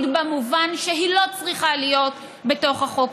במובן זה שהיא לא צריכה להיות בתוך החוק.